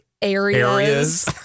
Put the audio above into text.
areas